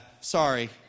sorry